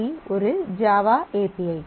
C ஒரு Java API